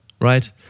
right